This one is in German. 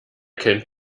kennt